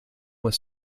with